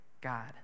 God